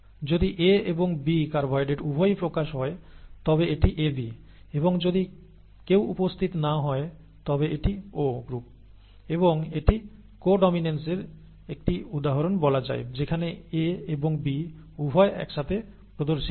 যদি A এবং B carbohydrate উভয়ই প্রকাশ হয় তবে এটি AB এবং যদি কেউ উপস্থিত না হয় তবে এটি O গ্রুপ এবং এটি কো ডমিনেন্স এর একটি উদাহরণ বলা যায় যেখানে A এবং B উভয় একসাথে প্রদর্শিত হয়